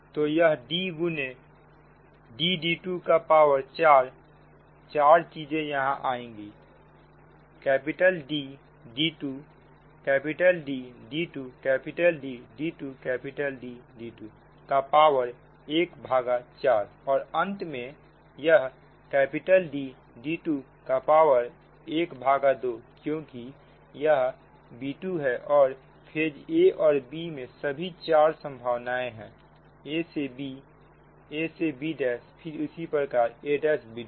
तो यह d गुने D d2 का पावर 4 चार चीजें यहां आएगी D d2 D d2 D d2 D d2 का पावर 1 भागा 4 और अंत में यह D d2का पावर ½ क्योंकि यह b2 है और फेज a और b में सभी चार संभावनाएं है a से b a से b' फिर इसी प्रकार a'b'